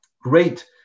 Great